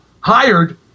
hired